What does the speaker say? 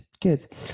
good